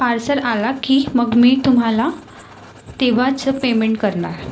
parcel आलं की मग मी तुम्हाला तेव्हाच पेमेंट करणार